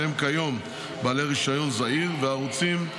שהם כיום בעלי רישיון זעיר והערוצים: